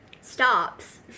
stops